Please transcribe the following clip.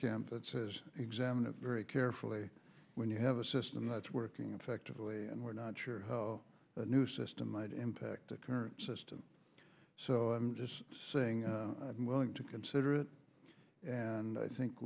camp that says examine it very carefully when you have a system that's working effectively and we're not sure how the new system might impact the current system so i'm just saying willing to consider it and i think